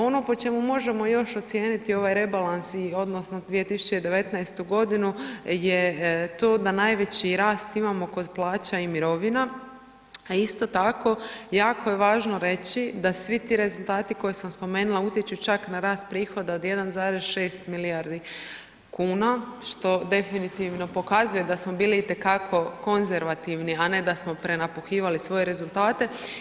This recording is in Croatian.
Ono po čemu možemo još ocijeniti ovaj rebalans i odnosno 2019. godinu je to da najveći rast imamo kod plaća i mirovina a isto tako jako je važno reći da svi ti rezultati koje sam spomenula utječu čak na rast prihoda od 1,6 milijardi kuna što definitivno pokazuje da smo bili itekako konzervativni a ne da smo prenapuhivali svoje rezultate.